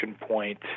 point